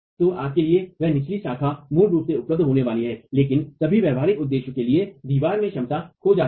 तोआपके लिए वह निचली शाखा मूल रूप से उपलब्ध होने वाली है लेकिन सभी व्यावहारिक उद्देश्यों के लिए दीवार में क्षमता खो जाती है